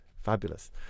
fabulous